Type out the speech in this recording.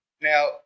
Now